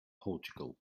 portugal